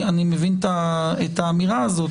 אני מבין את האמירה הזאת,